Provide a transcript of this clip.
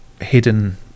hidden